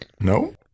No